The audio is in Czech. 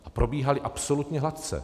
A probíhaly absolutně hladce.